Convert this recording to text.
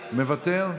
מוותר,